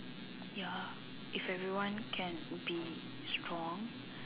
ya if everyone can be strong